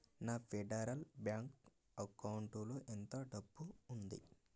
నా Federal Bank అకౌంటులో ఎంత డబ్బు ఉంది